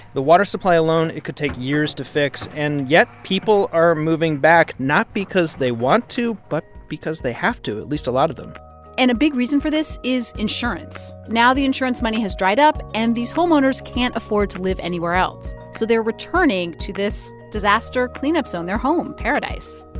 the water supply alone it could take years to fix and yet, people are moving back not because they want to but because they have to at least a lot of them and a big reason for this is insurance. now the insurance money has dried up, and these homeowners can't afford to live anywhere else, so they're returning to this disaster cleanup zone, their home, paradise